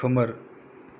खोमोर